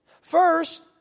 First